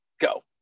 go